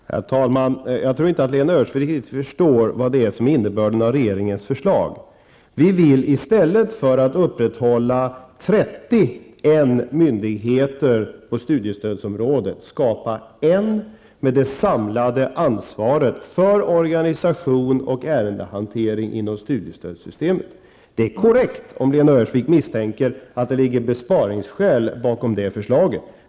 Herr talman! Jag tror inte att Lena Öhrsvik riktigt förstår vad som är innebörden i regeringens förslag. Vi vill i stället för att upprätthålla 31 myndigheter på studiestödsområdet skapa en med det samlade ansvaret för organisation och ärendehantering inom studiestödssystemet. Det är korrekt av Lena Öhrsvik att misstänka att det ligger besparingsskäl bakom det förslaget.